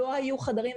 לא היו חדרים,